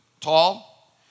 tall